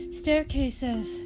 staircases